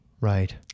Right